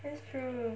that's true